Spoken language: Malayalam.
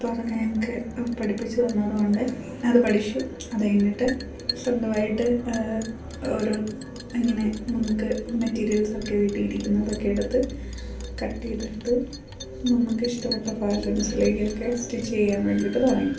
അപ്പം അതൊക്കെ ഞങ്ങൾക്ക് പഠിപ്പിച്ച് തന്നത് കൊണ്ട് അത് പഠിച്ചു അത് കഴിഞ്ഞിട്ട് സ്വന്തമായിട്ട് ഓരോ ഇങ്ങനെ നമുക്ക് മെറ്റീരിയൽസ് ഒക്കെ വീട്ടിൽ ഇരിക്കുന്നതൊക്കെ എടുത്ത് കട്ട് ചെയ്തെടുത്ത് നമുക്കിഷ്ടപ്പെട്ട ഫാഷൻസിലേക്കൊക്കെ സ്റ്റിച്ച് ചെയ്യാൻ വേണ്ടിയിട്ട് തുടങ്ങി